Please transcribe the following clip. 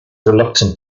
reluctant